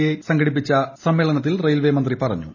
I സംഘടിപ്പിച്ച സമ്മേളനത്തിൽ railway മന്ത്രി പറഞ്ഞു